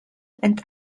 and